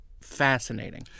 fascinating